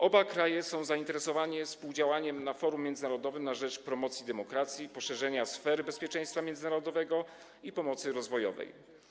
Oba kraje są zainteresowane współdziałaniem na forum międzynarodowym na rzecz promocji demokracji, poszerzania sfery bezpieczeństwa międzynarodowego i pomocy rozwojowej.